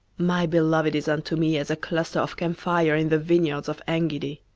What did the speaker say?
my beloved is unto me as a cluster of camphire in the vineyards of engedi.